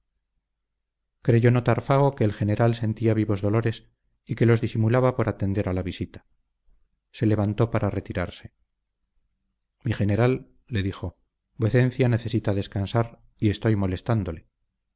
creyó notar fago que el general sentía vivos dolores y que los disimulaba por atender a la visita se levantó para retirarse mi general le dijo vuecencia necesita descansar y estoy molestándole